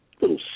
little